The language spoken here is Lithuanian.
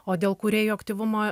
o dėl kūrėjų aktyvumo